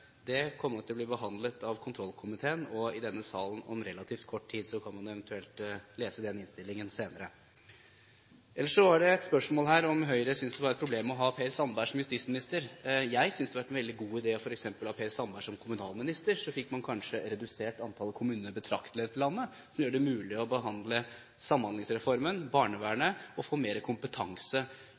Det kommer nok til å bli behandlet av kontroll- og konstitusjonskomiteen og i denne salen om relativt kort tid, og man kan eventuelt lese den innstillingen senere. Ellers var det et spørsmål her om Høyre synes det hadde vært et problem å ha Per Sandberg som justisminister. Jeg synes det hadde vært en veldig god idé f.eks. å ha Per Sandberg som kommunalminister. Da ville man kanskje fått redusert antall kommuner betraktelig i dette landet, noe som ville gjøre det mulig å behandle Samhandlingsreformen og barnevernet og få mer kompetanse